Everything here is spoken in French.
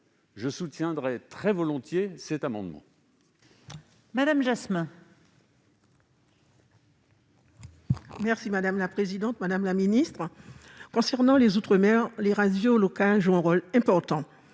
je soutiendrai très volontiers cet amendement.